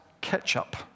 ketchup